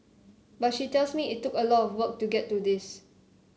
but she tells me it took a lot of work to get to this